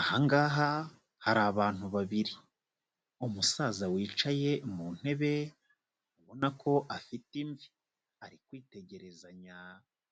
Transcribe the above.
Aha ngaha hari abantu babiri. Umusaza wicaye mu ntebe ubona ko afite imvi. Ari kwitegerezanya